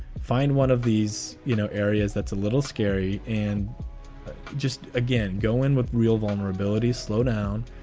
find one of these you know areas that's a little scary. and just again, go in with real vulnerability. slow down,